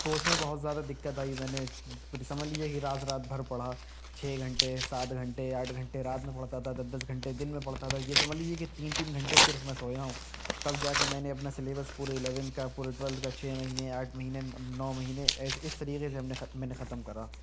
تو اس میں بہت زیادہ دقت آئی میں نے پھر سمجھ لیا کہ رات رات بھر پڑھا چھ گھنٹے سات گھنٹے آٹھ گھنٹے رات میں پڑھتا تھا دس دس گھنٹے دن میں پڑھتا تھا یہ سمجھ لیجیے کہ تین تین گھنٹے صرف میں سویا ہوں تب جا کے میں نے اپنا سلیبس پورے الیون کا پورے ٹوئلتھ کا چھ مہینے آٹھ مہینے نو مہینے اس طریقے سے ہم نے ختم میں نے ختم کرا